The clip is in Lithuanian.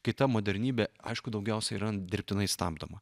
kai ta modernybė aišku daugiausiai yra dirbtinai stabdoma